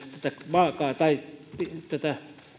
sitten tätä